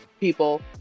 people